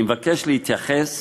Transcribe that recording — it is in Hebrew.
אני מבקש להתייחס